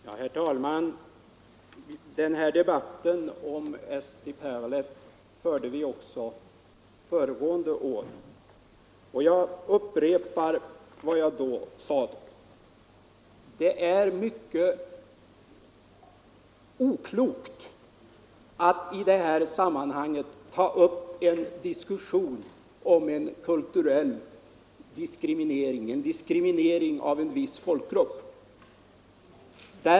Herr talman! Den här debatten om Eesti Päevaleht förde vi också förra året. Jag vidhåller vad jag då sade. Det är mycket oklokt att i detta sammanhang ta upp en diskussion om en kulturell diskriminering, en diskriminering av en viss folkgrupp.